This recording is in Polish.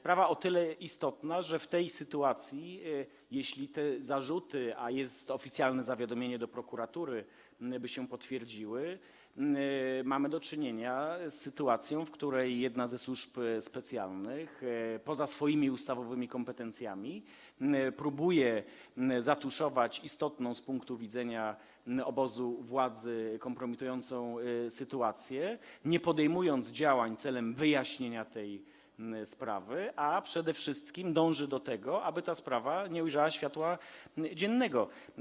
To kwestia o tyle istotna, że w tym stanie rzeczy, jeśli te zarzuty, a jest oficjalne zawiadomienie do prokuratury, by się potwierdziły, mamy do czynienia ze sprawą, w której jedna ze służb specjalnych poza swoimi ustawowymi kompetencjami próbuje zatuszować istotną z punktu widzenia obozu władzy kompromitującą sytuację, nie podejmując działań celem wyjaśnienia tej sprawy, a przede wszystkim dążąc do tego, aby ta sprawa nie ujrzała światła dziennego.